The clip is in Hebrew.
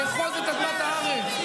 לאחוז את אדמת הארץ,